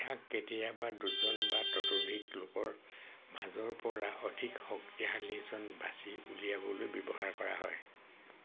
ইয়াক কেতিয়াবা দুজন বা ততোধিক লোকৰ মাজৰ পৰা অধিক শক্তিশালীজন বাছি উলিয়াবলৈ ব্যৱহাৰ কৰা হয়